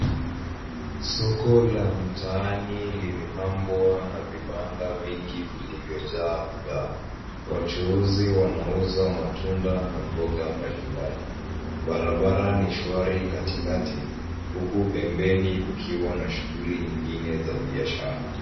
Soko la mtaani limepambwa na vibanda vingi vilvyojaa bidhaa. Wachuuzi wanauza matunda na mboga mbalimbali. Barabara ni shwari katikati, huku pembeni kukiwa na shughuli nyingine za biashara.